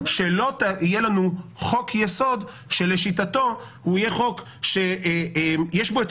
שלא יהיה לנו חוק-יסוד שלשיטתו יש בו את